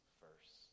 first